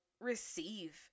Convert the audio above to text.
receive